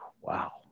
Wow